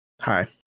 Hi